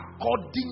according